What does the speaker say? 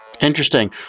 Interesting